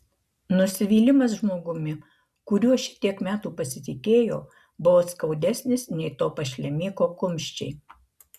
nusivylimas žmogumi kuriuo šitiek metų pasitikėjo buvo skaudesnis nei to pašlemėko kumščiai